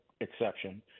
exception